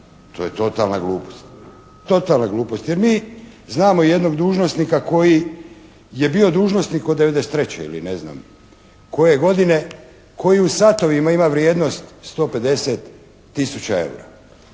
to je totalna glupost. Totalna glupost jer mi znamo jednog dužnosnika koji je bio dužnosnik od 93. ili ne znam koje godine, koji u satovima ima vrijednost 150 tisuća eura.